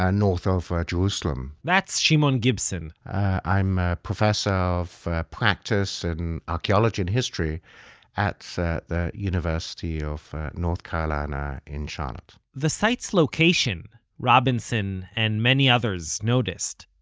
ah north ah of jerusalem that's shimon gibson i'm a professor of practice in archeology and history at the university of north carolina in charlotte the site's location, robinson and many others noticed,